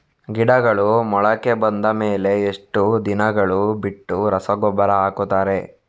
ಗಿಡಗಳು ಮೊಳಕೆ ಬಂದ ಮೇಲೆ ಎಷ್ಟು ದಿನಗಳು ಬಿಟ್ಟು ರಸಗೊಬ್ಬರ ಹಾಕುತ್ತಾರೆ?